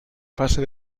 fase